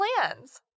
plans